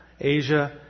Asia